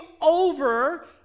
over